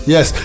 Yes